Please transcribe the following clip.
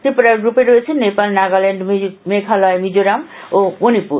ত্রিপুরার গ্রুপে রয়েছে নেপাল নাগাল্যান্ড মেঘালয় মিজোরাম ও মণিপুর